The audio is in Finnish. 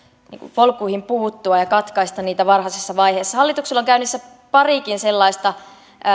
polkuihin puuttua ja katkaista niitä varhaisessa vaiheessa hallituksella on käynnissä parikin sellaista